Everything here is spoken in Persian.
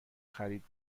خرید